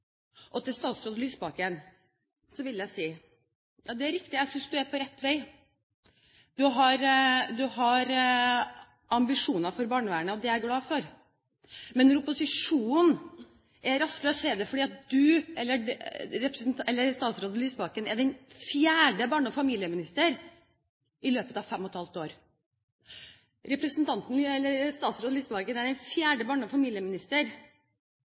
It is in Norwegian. Til statsråd Lysbakken vil jeg si: Det er riktig, jeg synes statsråden er på rett vei. Han har ambisjoner for barnevernet, og det er jeg glad for. Men når opposisjonen er rastløs, er det fordi Lysbakken er den fjerde barne- og familieministeren i løpet av fem og et halvt år. Lysbakken er den fjerde barne- og